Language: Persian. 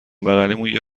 بغلیمون، یه